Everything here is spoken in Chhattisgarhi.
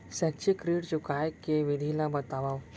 शैक्षिक ऋण चुकाए के विधि ला बतावव